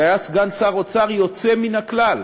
והיה סגן שר אוצר יוצא מן הכלל,